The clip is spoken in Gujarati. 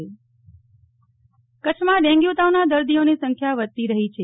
નેહ્લ ઠક્કર ડેન્ગ્યુ તાવ કચ્છમાં ડેન્ગ્યુ તાવના દર્દીઓની સંખ્યા વધતી રહી છે